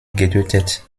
getötet